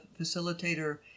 facilitator